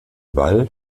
ball